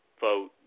vote